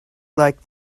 like